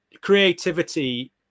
creativity